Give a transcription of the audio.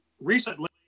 recently